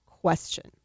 question